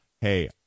hey